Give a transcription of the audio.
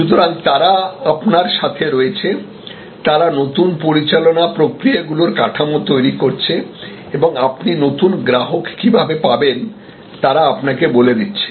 সুতরাং তারা আপনার সাথে রয়েছে তারা নতুন পরিচালনা প্রক্রিয়াগুলির কাঠামো তৈরি করছে এবং আপনি নতুন গ্রাহক কীভাবে পাবেন তারা আপনাকে বলে দিচ্ছে